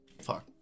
Fuck